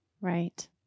Right